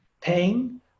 paying